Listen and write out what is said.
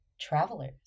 travelers